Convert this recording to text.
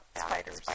spiders